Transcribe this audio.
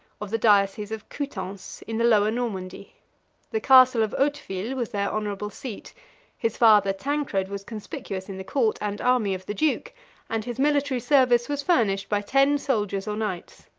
of the diocese of coutances, in the lower normandy the castle of hauteville was their honorable seat his father tancred was conspicuous in the court and army of the duke and his military service was furnished by ten soldiers or knights.